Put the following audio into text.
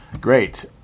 great